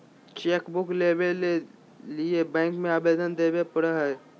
chequebook लेबे के लिए बैंक में अबेदन देबे परेय हइ